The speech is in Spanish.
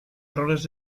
errores